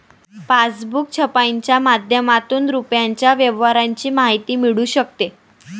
passbook छपाईच्या माध्यमातून रुपयाच्या व्यवहाराची माहिती मिळू शकते